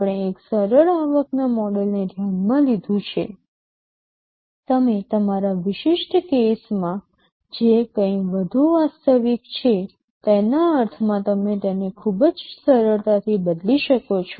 આપણે એક સરળ આવકના મોડેલને ધ્યાનમાં લીધું છે તમે તમારા વિશિષ્ટ કેસ માં જે કંઈ વધુ વાસ્તવિક છે તેના અર્થમાં તમે તેને ખૂબ જ સરળતાથી બદલી શકો છો